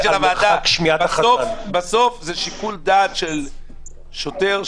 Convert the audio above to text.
בסוף זה שיקול דעת של שוטר,